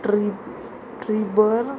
trip ट्रिबर